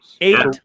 Eight